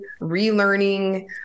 relearning